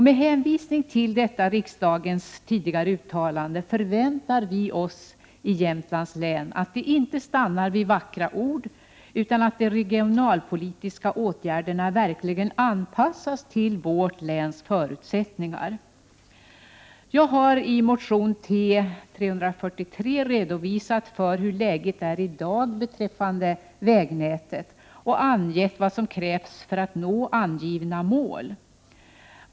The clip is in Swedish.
Med hänvisning till detta riksdagens tidigare uttalande förväntar vi oss i Jämtlands län att det inte stannar vid vackra ord utan att de regionalpolitiska åtgärderna verkligen anpassas till vårt läns förutsättningar! Jag har i motion T343 redovisat hur läget är i dag beträffande vägnätet och vad som krävs för att nå angivna mål.